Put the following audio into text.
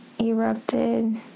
erupted